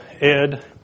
Ed